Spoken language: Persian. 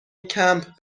کمپ